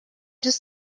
just